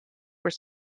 were